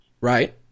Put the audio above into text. Right